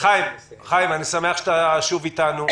חיים ביבס, אני שמח שאתה שוב איתנו.